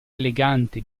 elegante